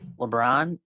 LeBron